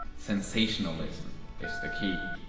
sensationalism is the key.